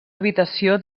habitació